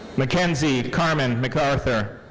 mackenzie karmen mcarthur.